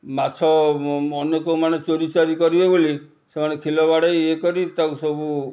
ମାଛ ଅନେକ ମାନେ ଚୋରିଚାରି କରିବେ ବୋଲି ସେମାନେ ଖିଲ ବାଡ଼େଇ ଇଏ କରି ତାକୁ ସବୁ